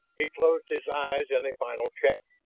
he closed his eyes in a final check,